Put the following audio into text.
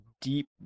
deep